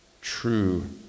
true